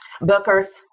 Booker's